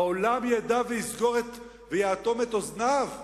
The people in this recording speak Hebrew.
העולם ידע ויאטום את אוזניו?